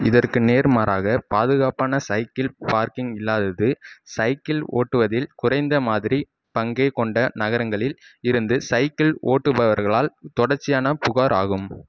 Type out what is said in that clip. இதற்கு நேர்மாறாக பாதுகாப்பான சைக்கிள் பார்க்கிங் இல்லாதது சைக்கிள் ஓட்டுவதில் குறைந்த மாதிரி பங்கைக் கொண்ட நகரங்களில் இருந்து சைக்கிள் ஓட்டுபவர்களால் தொடர்ச்சியான புகார் ஆகும்